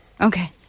Okay